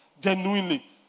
genuinely